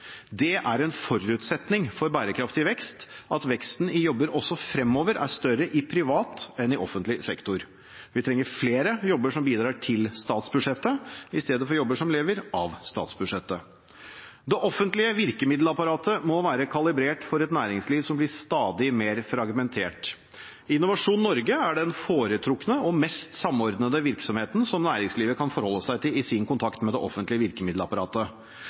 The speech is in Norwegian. Det er en forutsetning for bærekraftig vekst at veksten i jobber også fremover er større i privat enn i offentlig sektor. Vi trenger flere jobber som bidrar til statsbudsjettet, i stedet for jobber som lever av statsbudsjettet. Det offentlige virkemiddelapparatet må være kalibrert for et næringsliv som blir stadig mer fragmentert. Innovasjon Norge er den foretrukne og mest samordnede virksomheten som næringslivet kan forholde seg til i sin kontakt med det offentlige virkemiddelapparatet.